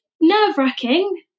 nerve-wracking